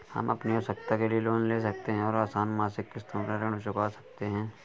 हम अपनी आवश्कता के लिए लोन ले सकते है और आसन मासिक किश्तों में अपना ऋण चुका सकते है